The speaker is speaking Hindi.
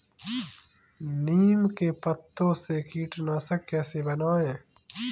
नीम के पत्तों से कीटनाशक कैसे बनाएँ?